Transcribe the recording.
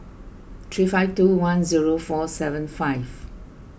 three five two one zero four seven five